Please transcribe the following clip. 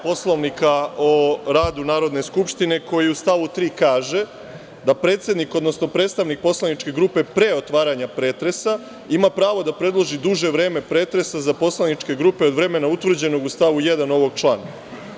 Poslovnika o radu Narodne skupštine koji u stavu 3. kaže da predsednik, odnosno predstavnik poslaničke grupe pre otvaranja pretresa ima pravo da predloži duže vreme pretresa za poslaničke grupe od vremena utvrđenog u stavu 1. ovog člana.